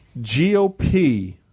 GOP